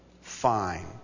Fine